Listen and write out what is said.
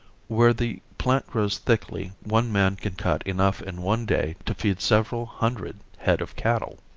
where the plant grows thickly one man can cut enough in one day to feed several hundred head of cattle.